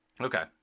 Okay